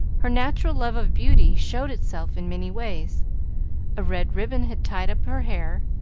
her natural love of beauty showed itself in many ways a red ribbon had tied up her hair,